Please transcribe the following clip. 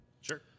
Sure